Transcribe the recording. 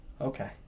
Okay